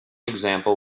example